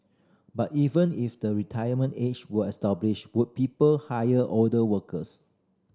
but even if the retirement age were abolished would people hire older workers